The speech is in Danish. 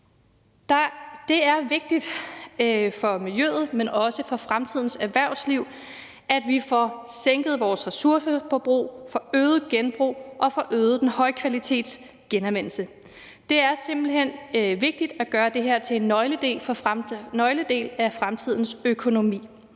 Det er vigtigt for miljøet, men også for fremtidens erhvervsliv, at vi får sænket vores ressourceforbrug, får øget genbruget og får øget højkvalitetsgenanvendelsen. Det er simpelt hen vigtigt at gøre det her til en nøgledel af fremtidens økonomi.